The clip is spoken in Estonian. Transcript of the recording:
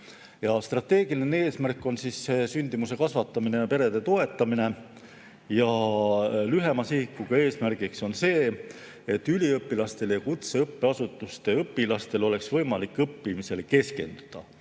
Strateegiline eesmärk on sündimuse kasvatamine ja perede toetamine. Lühema sihiga eesmärk on see, et üliõpilastel ja kutseõppeasutuste õpilastel oleks võimalik õppimisele keskenduda.